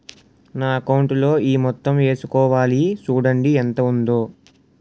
నా అకౌంటులో ఈ మొత్తం ఏసుకోవాలి చూడండి ఎంత ఉందో